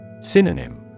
Synonym